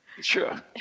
Sure